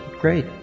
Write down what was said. great